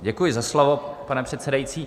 Děkuji za slovo, pane předsedající.